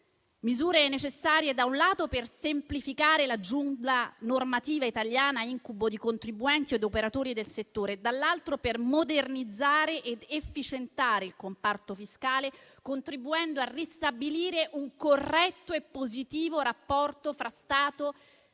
misure necessarie, da un lato, a semplificare, la giungla normativa italiana, incubo di contribuenti ed operatori del settore, e, dall'altro, a modernizzare ed efficientare il comparto fiscale, contribuendo a ristabilire un corretto e positivo rapporto fra Stato e